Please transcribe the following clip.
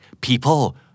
People